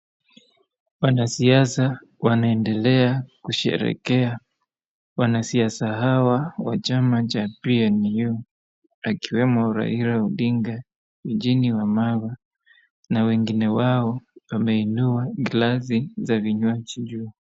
Wanasiasa wanaendelea kusherehekea, wanasiasa hawa wa chama cha PNU akiwemo Raila Odinga, Eugene Wamalwa na wengine wao wameinua glass za vinywaji juu.